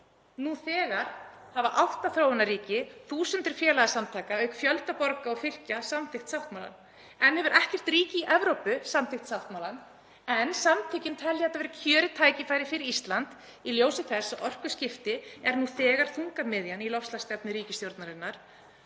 Nú þegar hafa átta þróunarríki, þúsundir félagasamtaka auk fjölda borga og fylkja samþykkt sáttmálann. Enn hefur ekkert ríki í Evrópu samþykkt sáttmálann en samtökin telja þetta vera kjörið tækifæri fyrir Ísland í ljósi þess að orkuskipti eru nú þegar þungamiðjan í loftslagsstefnu ríkisstjórnarinnar